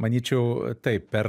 manyčiau taip per